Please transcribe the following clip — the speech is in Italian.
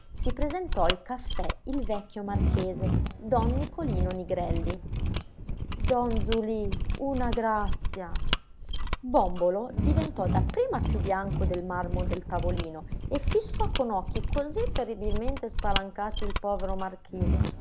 si presentò al caffè il vecchio marchese don nicolino nigrelli don zulì una grazia bòmbolo diventò dapprima più bianco del marmo del tavolino e fissò con occhi così terribilmente spalancati il povero marchese